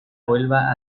vuelva